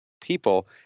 people